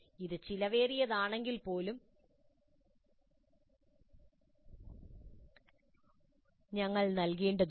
ഇത് ചെലവേറിയതാണെങ്കിൽപ്പോലും ഞങ്ങൾ സിമുലേഷനെ അടിസ്ഥാനമാക്കിയുള്ള അനുഭവം നൽകേണ്ടതുണ്ട്